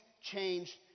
changed